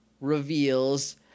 reveals